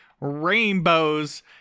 rainbows